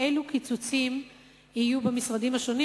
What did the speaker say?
אילו קיצוצים יהיו במשרדים השונים.